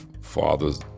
fathers